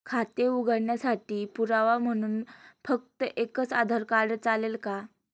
खाते उघडण्यासाठी पुरावा म्हणून फक्त एकच आधार कार्ड चालेल का?